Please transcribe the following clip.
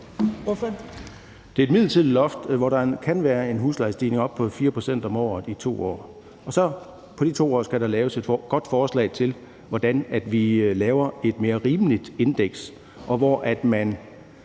Det er et midlertidigt loft, som indebærer, at der kan være en huslejestigning på op til 4 pct. om året i 2 år, og på de 2 år skal der laves et godt forslag til, hvordan vi laver et mere rimeligt indeks, hvor man